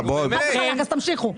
אז תמשיכו.